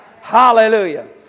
Hallelujah